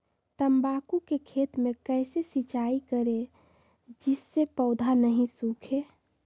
तम्बाकू के खेत मे कैसे सिंचाई करें जिस से पौधा नहीं सूखे?